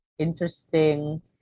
Interesting